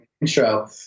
intro